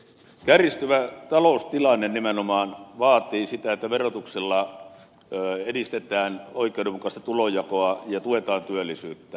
kärjistyvä taloustilanne nimenomaan vaatii sitä että verotuksella edistetään oikeudenmukaista tulonjakoa ja tuetaan työllisyyttä